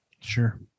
Sure